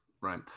Right